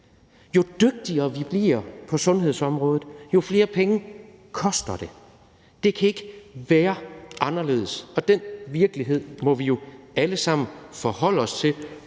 Jo dygtigere vi bliver på sundhedsområdet, jo flere penge koster det. Det kan ikke være anderledes. Den virkelighed må vi jo alle sammen forholde os til,